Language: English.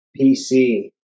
PC